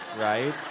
right